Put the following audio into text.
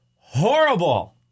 horrible